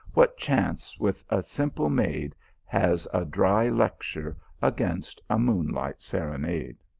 what chance with a simple maid has a dry lecture against a moon light serenade!